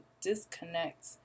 disconnect